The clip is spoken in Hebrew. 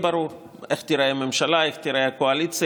ברור איך תיראה הממשלה ואיך תיראה הקואליציה,